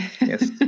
Yes